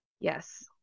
yes